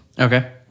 Okay